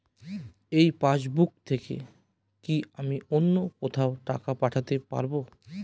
এই পাসবুক থেকে কি আমি অন্য কোথাও টাকা পাঠাতে পারব?